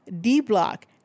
D-Block